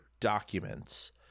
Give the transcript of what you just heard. documents